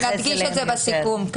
נדגיש את זה בסיכום.